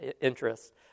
interest